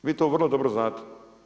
Vi to vrlo dobro znate.